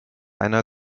einer